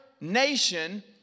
nation